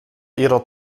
ihrer